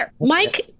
Mike